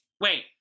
wait